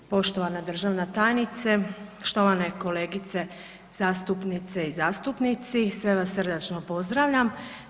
Poštovana državna tajnice, štovane kolegice zastupnice i zastupnici, sve vas srdačno pozdravljam.